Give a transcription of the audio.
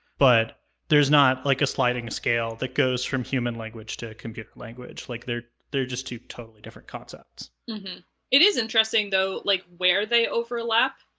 but there's not, like, a sliding scale that goes from human language to computer language. like they're they're just two totally different concepts. sarah it is interesting, though, like where they overlap,